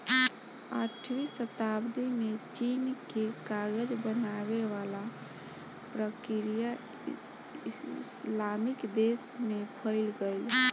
आठवीं सताब्दी में चीन के कागज बनावे वाला प्रक्रिया इस्लामिक देश में फईल गईल